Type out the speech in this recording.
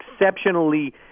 exceptionally